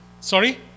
Sorry